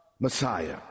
Messiah